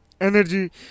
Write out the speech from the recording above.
energy